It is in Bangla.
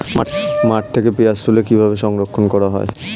মাঠ থেকে পেঁয়াজ তুলে কিভাবে সংরক্ষণ করা হয়?